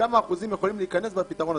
כמה אחוזים יכולים להיכנס בפתרון הזה?